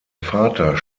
vater